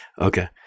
Okay